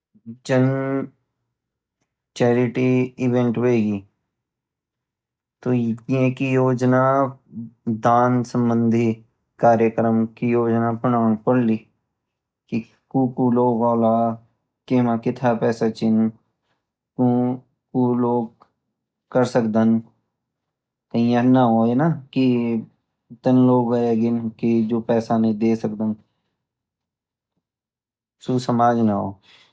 जन charity event होगी तो इनकी योजना दान सम्बन्धी कार्यक्रम की योजना बनानी पडली की कुकू लोग ओला कमा कथा पैसा ची कुकू लोग क्र सक्दैन की यान न होना की तनी लोग ऐगिन की जो पैसा नई डेस्कदान सु समाज नाओ